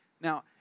Now